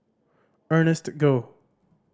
Ernest Goh